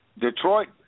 Detroit